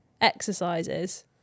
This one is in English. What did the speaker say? exercises